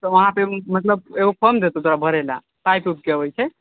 तऽ वहाँ पे मतलब एगो फ़ॉर्म देतू तोरा भरय लए साइट वइट पर अबै छै